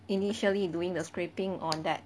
initially doing the scraping on that